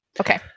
okay